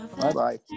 Bye-bye